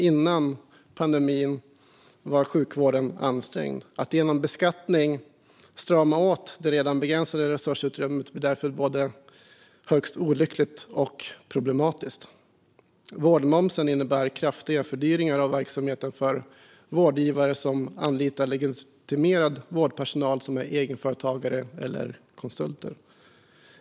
Sjukvården var ansträngd redan innan pandemin, och att strama åt det redan begränsade resursutrymmet genom beskattning vore både högst olyckligt och problematiskt. Vårdmomsen innebär kraftiga fördyringar av verksamheten för vårdgivare som anlitar legitimerad vårdpersonal som är egenföretagare eller konsulter.